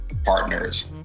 partners